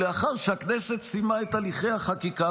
היא לאחר שהכנסת סיימה את הליכי החקיקה,